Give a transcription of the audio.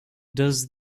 does